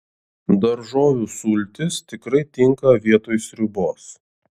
daržovių sultys tikrai tinka vietoj sriubos